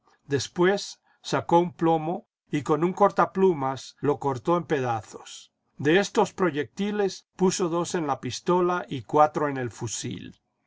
después sacó un plomo y con un cortaplumas lo cortó en pedazos de estos proyectiles puso dos en la pistola y cuatro en el fusil